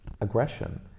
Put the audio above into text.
aggression